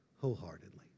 Wholeheartedly